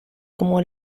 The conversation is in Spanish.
como